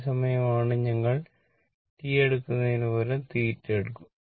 ഈ സമയമാണ് ഞങ്ങൾ T എടുക്കുന്നതിനു പകരം θ എടുക്കും